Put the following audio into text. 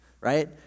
Right